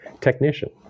technician